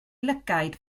lygaid